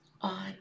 On